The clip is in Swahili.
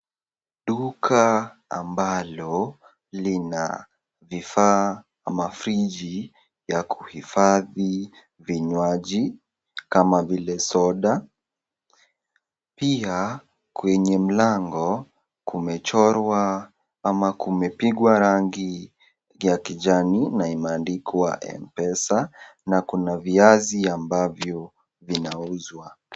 Duka ambalo, lina vifaa ama friji ya kuhifadhi vinyaji kama vile soda, pia, kwenye mlango, kumechorwa ama kumepigwa rangi ya kijani na imeandikwa M-Pesa, na viazi ambavyo vinauzwa.